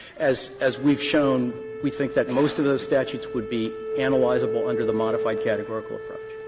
as as we've shown, we think that most of those statutes would be analyzable under the modified categorical approach,